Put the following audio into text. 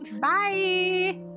Bye